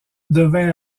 devint